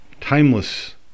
timeless